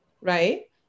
right